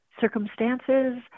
circumstances